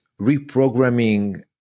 reprogramming